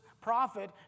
prophet